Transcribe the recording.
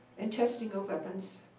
and testing of weapons.